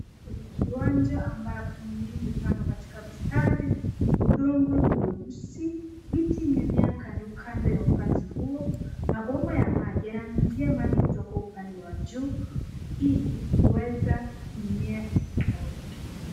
Kwenye kiwanja ambapo mimea imepandwa katika mstari, udongo ni mweusi, miti imemema kando kando ya upanzi huo, mabomba ya maji yananyunyuzia maji kutoka upande wa juu ili kuweza mimea isikauke.